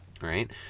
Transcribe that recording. right